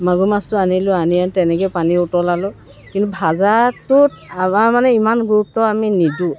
মাগুৰ মাছটো আনিলোঁ আনি আৰু তেনেকৈয়ে পানী উতলালোঁ কিন্তু ভজাটোত আমাৰ মানে ইমান গুৰুত্ব আমি নিদোঁ